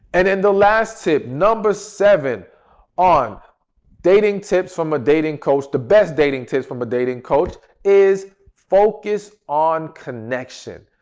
and then the last tip number seven on dating tips from a dating coach, the best dating tips from a dating coach is focus on connection.